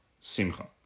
Simcha